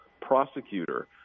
prosecutor